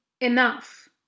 enough